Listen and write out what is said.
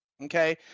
okay